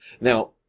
Now